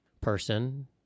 person